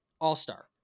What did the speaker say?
all-star